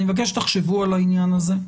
אני מבקש שתחשבו על העניין הזה,